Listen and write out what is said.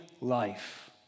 life